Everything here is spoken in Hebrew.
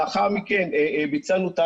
נפגשנו עם